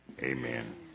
Amen